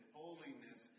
holiness